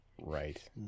Right